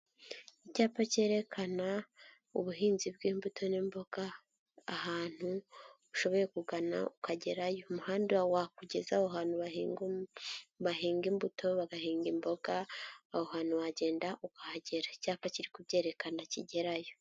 Icyapa cyerekana ubuhinzi bw'imbuto n'imboga, ahantu ushoboye kugana ukagerayo, umuhanda wakugeza aho ahantu bahinga imbuto, bagahinga imboga aho hantu wagenda ukahagera icyapa kiri kubyerekana kigerayo.